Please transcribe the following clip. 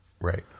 Right